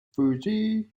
fusils